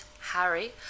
Harry